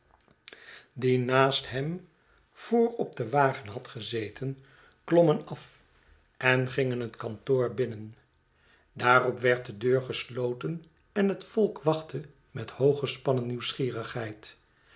die naast hem voor op den wagen had gezeten klommen af en gingen het kantoor binnen daarop werd de deur gesloten en het volk wachtte met hooggespannen nieuwsgierigheid